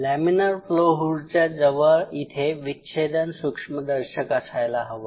laminar flow हुडच्या जवळ इथे विच्छेदन सूक्ष्मदर्शक असायला हवा